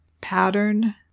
pattern